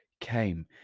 came